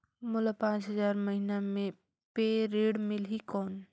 मोला पांच हजार महीना पे ऋण मिलही कौन?